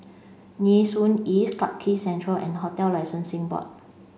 Nee Soon East Clarke Quay Central and Hotel Licensing Board